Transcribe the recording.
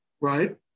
Right